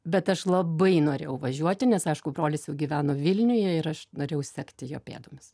bet aš labai norėjau važiuoti nes aišku brolis jau gyveno vilniuje ir aš norėjau sekti jo pėdomis